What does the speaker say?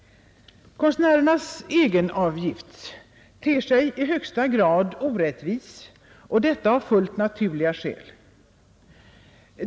Konstnärernas egenavgift ter sig i högsta grad orättvis och detta av fullt naturliga skäl.